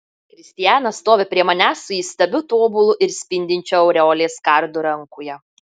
kristijanas stovi prie manęs su įstabiu tobulu ir spindinčiu aureolės kardu rankoje